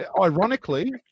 ironically